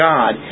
God